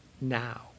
now